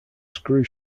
screw